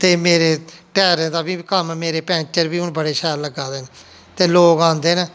ते मेरे टैयरें दा बी कम्म मेरे पैंचर बी हून बड़े शैल लग्गा दे न ते लोक औंदे न